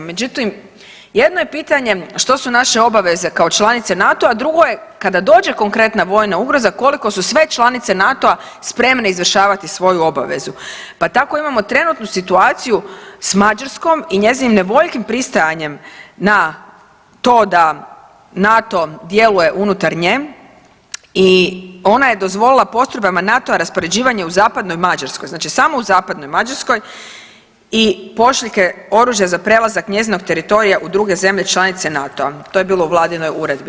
Međutim, jedno je pitanje što su naše obaveze kao članice NATO-a, drugo je kada dođe konkretna vojna ugroza koliko su sve članice NATO-a spremane izvršavati svoju obavezu, pa tako imamo trenutnu situaciju s Mađarskom i njezinim nevoljkim pristajanjem na to da NATO djeluje unutar nje i ona je dozvolila postrojbama NATO-a raspoređivanje u zapadnoj Mađarskoj, znači samo u zapadnoj Mađarskoj i pošiljke oružja za prelazak njezinog teritorija u druge zemlje članice NATO-a, to je bilo u vladinoj uredbi.